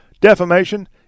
defamation